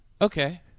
Okay